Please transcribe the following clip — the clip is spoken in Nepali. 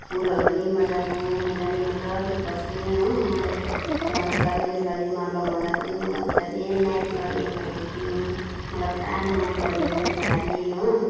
फुलहरू नि मज्जाको मुजा नि मज्जाले बस्ने हो मलाई मेरो शरीरमा लगाउँदा पनि मज्जाले म्याच गर्ने खालको थियो मलाई पुरा मनपऱ्यो त्यो साडी हो